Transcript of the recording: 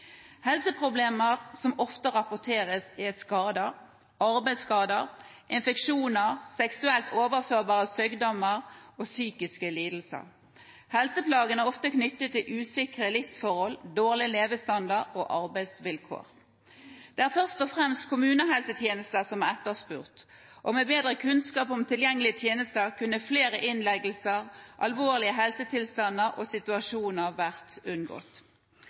Helseproblemer som ofte rapporteres, er skader, arbeidsskader, infeksjoner, seksuelt overførbare sykdommer og psykiske lidelser. Helseplagene er ofte knyttet til usikre livsforhold, dårlig levestandard og dårlige arbeidsvilkår. Det er først og fremst kommunehelsetjenester som er etterspurt, og med bedre kunnskap om tilgjengelige tjenester kunne flere innleggelser og alvorlige helsetilstander og situasjoner vært unngått.